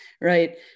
right